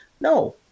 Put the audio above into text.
No